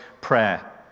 prayer